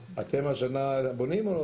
אתגרי משטרת ישראל הם רבים ומגוונים.